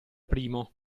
primo